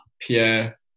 Pierre